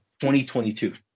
2022